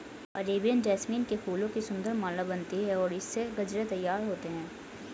Arabian jasmine के फूलों की सुंदर माला बनती है और इससे गजरे तैयार होते हैं